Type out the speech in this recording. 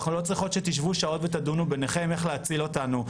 ואנחנו לא צריכות שתשבו שעות ותדונו ביניכם איך להציל אותנו.